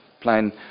plan